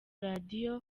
radio